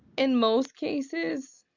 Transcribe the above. in most cases,